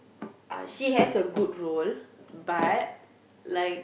uh she has a good role but like